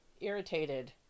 irritated